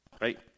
Right